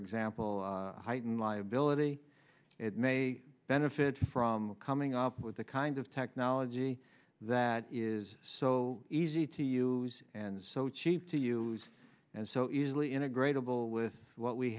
example heighten liability it may benefit from coming up with the kind of technology that is so easy to use and so cheap to use and so easily integrate a bill with what we